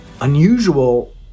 unusual